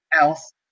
else